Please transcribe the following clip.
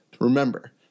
Remember